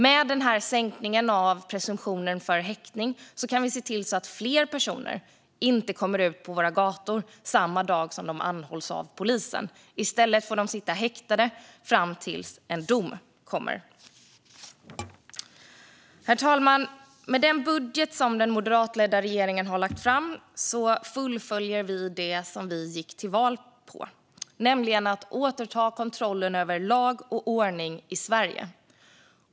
Med denna sänkning av presumtionen för häktning kan vi se till att fler personer inte kommer ut på våra gator samma dag som de anhålls av polisen. I stället får de sitta häktade fram tills en dom kommer. Herr talman! Med den budget som den moderatledda regeringen har lagt fram fullföljer vi det vi gick till val på, nämligen att återta kontrollen över lag och ordning i Sverige.